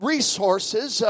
Resources